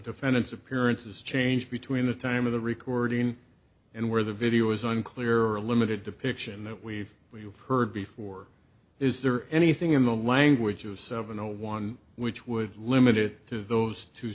defendant's appearances changed between the time of the recording and where the video was unclear or a limited depiction that we've we've heard before is there anything in the language of seven zero one which would limit it to those two